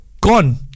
gone